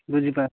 ବୁଝିପାରି